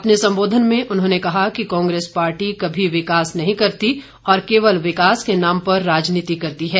अपने संबोधन में उन्होंने कहा कि कांग्रेस पार्टी कभी विकास नहीं करती और केवल विकास के नाम पर राजनीति करती है